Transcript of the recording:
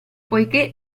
poiché